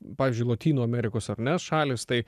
pavyzdžiui lotynų amerikos ar ne šalys tai